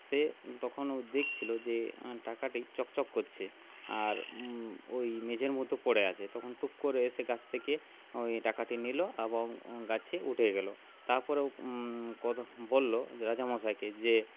সে তখন দেখছিল যে টাকাটি চকচক করছে আর ওই মেঝের মধ্য পড়ে আছে তখন টুক করে এসে গাছ থেকে ওই টাকাটি নিল এবং গাছে উঠে গেল তারপরে কদম বলল রাজা মশাইকে যে